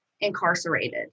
incarcerated